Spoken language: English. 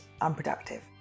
unproductive